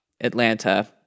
atlanta